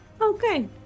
Okay